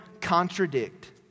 contradict